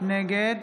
נגד